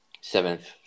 seventh